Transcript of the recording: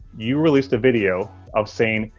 you released a video of saying,